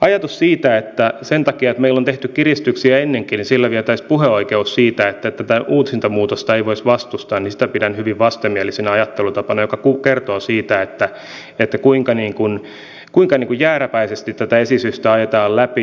ajatusta siitä että sen takia että meillä on tehty kiristyksiä ennenkin vietäisiin puheoikeus siitä että tätä uusinta muutosta ei voisi vastustaa pidän hyvin vastenmielisenä ajattelutapana joka kertoo siitä kuinka jääräpäisesti tätä esitystä ajetaan läpi